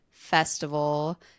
festival